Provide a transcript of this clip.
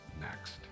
next